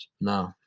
no